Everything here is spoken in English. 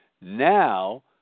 now